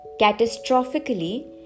catastrophically